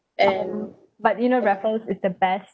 and but you know raffles is the best